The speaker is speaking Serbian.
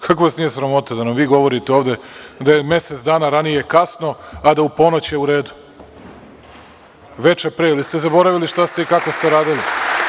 Kako vas nije sramota da nam vi govorite ovde da je mesec dana ranije kasno, a da je u ponoć u redu veče pre, ili ste zaboravili šta ste i kako ste uradili.